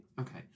Okay